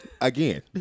Again